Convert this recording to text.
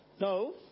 No